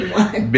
one